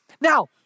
Now